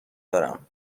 دارم